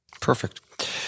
Perfect